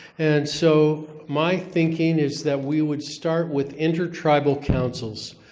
and so, my thinking is that we would start with inter-tribal councils.